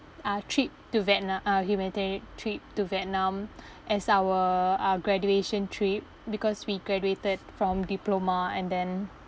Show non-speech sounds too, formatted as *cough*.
uh trip to vietna~ uh humanitarian trip to vietnam *breath* as our our graduation trip because we graduated from diploma and then